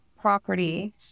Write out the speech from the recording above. property